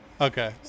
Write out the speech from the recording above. Okay